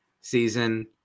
season